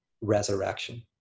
resurrection